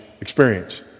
experience